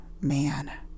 man